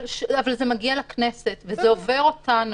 אבל זה מגיע לכנסת וזה גם עובר אותנו.